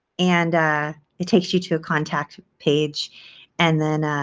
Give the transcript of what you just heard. and it takes you to a contact page and then